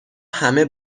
همه